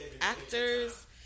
actors